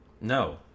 No